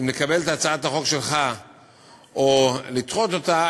אם לקבל את הצעת החוק שלך או לדחות אותה,